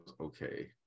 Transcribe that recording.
okay